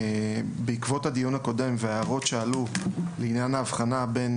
שבעקבות הדיון הקודם וההערות שעלו לעניין ההבחנה בין